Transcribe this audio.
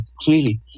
clearly